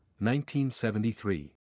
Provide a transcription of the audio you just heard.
1973